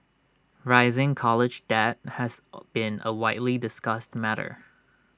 rising college debt has been A widely discussed matter